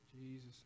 Jesus